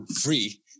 free